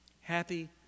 Happy